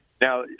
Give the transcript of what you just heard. Now